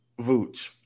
Vooch